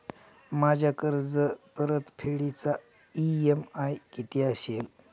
माझ्या कर्जपरतफेडीचा इ.एम.आय किती असेल?